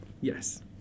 Yes